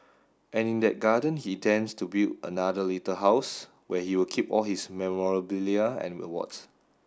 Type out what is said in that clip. and in that garden he intends to build another little house where he will keep all his memorabilia and awards